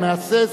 מהסס,